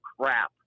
crap